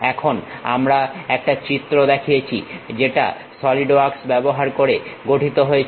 এখানে আমরা একটা চিত্র দেখিয়েছি যেটা সলিড ওয়ার্কস ব্যবহার করে গঠিত হয়েছে